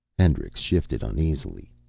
hendricks shifted uneasily.